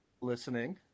listening